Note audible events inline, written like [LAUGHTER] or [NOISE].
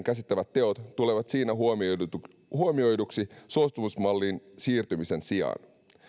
[UNINTELLIGIBLE] käsittävät teot tulevat siinä huomioiduksi huomioiduksi suostumusmalliin siirtymisen sijaan